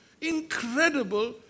incredible